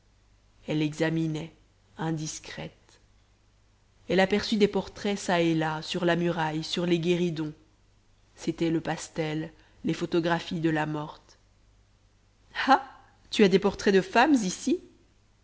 elle examinait indiscrète elle aperçut des portraits çà et là sur la muraille sur les guéridons c'étaient le pastel les photographies de la morte ah tu as des portraits de femmes ici